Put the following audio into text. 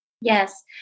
Yes